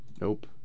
Nope